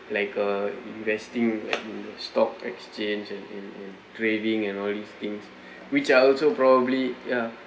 like a investing like in a stock exchange and in in trading and all these things which are also probably ya